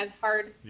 hard